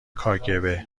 کاگب